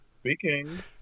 Speaking